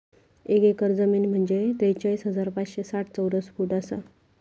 एक एकर जमीन म्हंजे त्रेचाळीस हजार पाचशे साठ चौरस फूट आसा